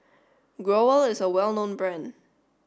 Growell is a well known brand